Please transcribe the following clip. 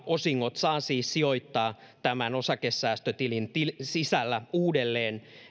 osingot saa siis sijoittaa tämän osakesäästötilin sisällä uudelleen